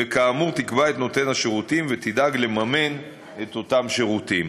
וכאמור תקבע את נותן השירותים ותדאג לממן את אותם שירותים".